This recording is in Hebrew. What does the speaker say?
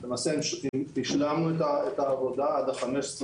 למעשה, השלמנו את העבודה עד ה-15 במרץ,